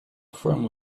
friend